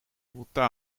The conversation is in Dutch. hoeveel